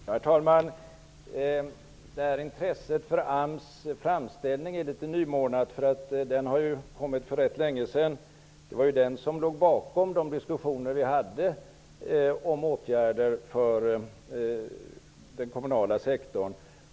Herr talman! Intresset för AMS framställning är litet nymornad därför att den ju kom för ganska länge sedan. Det var den som låg bakom de diskussioner som fördes om åtgärder för den kommunala sektorn.